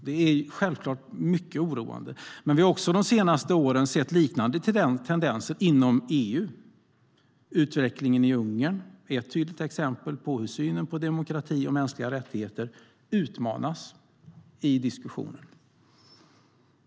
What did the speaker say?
Det är självklart mycket oroande. De senaste åren har vi sett liknande tendenser inom EU. Utvecklingen i Ungern är ett tydligt exempel på hur synen på demokrati och mänskliga rättigheter utmanas i diskussionen.